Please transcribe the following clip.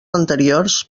anteriors